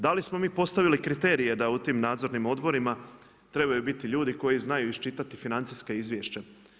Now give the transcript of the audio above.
Da li smo mi postavili kriterije, da u tim nadzornim odborima trebaju biti ljudi koji znaju iščitati financijska izvješća.